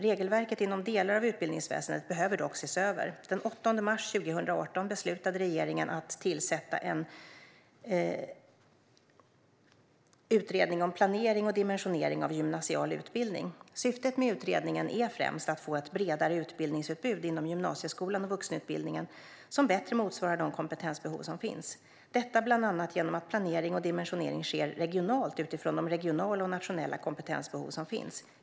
Regelverket inom delar av utbildningsväsendet behöver dock ses över. Den 8 mars 2018 beslutade regeringen att tillsätta en utredning om planering och dimensionering av gymnasial utbildning. Syftet med utredningen är främst att få ett bredare utbildningsutbud inom gymnasieskolan och vuxenutbildningen som bättre motsvarar de kompetensbehov som finns. Detta görs bland annat genom att planering och dimensionering sker regionalt utifrån de regionala och nationella kompetensbehov som finns.